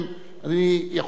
אני יכול לכבד,